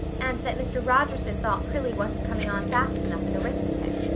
and that mr. rogerson thought prillie wasn't coming on fast enough in arithmetic.